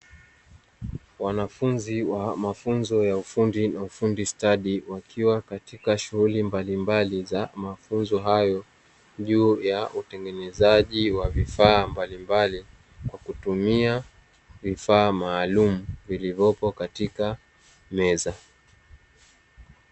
Wanafunzi wa mafunzo ya ufundi na ufundi stadi, wakiwa katika shughuli mbalimbali za mafunzo hayo juu ya utengenezaji wa vifaa mbalimbali, kwa kutumia vifaa maalumu vilivyopo katika meza.